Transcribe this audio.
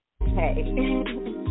Hey